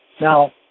Now